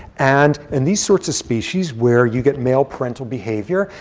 and in these sorts of species where you get male parental behavior,